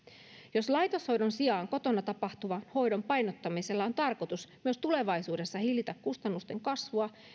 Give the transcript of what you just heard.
jos laitoshoidon sijaan kotona tapahtuvan hoidon painottamisella on tarkoitus myös tulevaisuudessa hillitä kustannusten kasvua